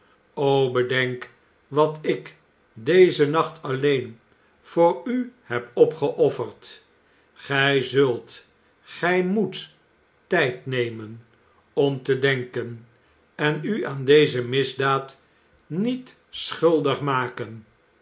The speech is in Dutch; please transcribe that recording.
o bedenk wat ik dezen nacht alleen voor u heb opgeofferd gij zult gij moet tijd nemen om te denken en u aan deze misdaad niet schuldig maken